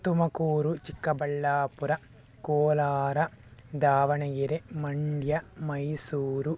Tumakuru Chikkaballapur Kolar Davanagere Mandya Mysuru